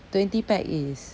twenty pack is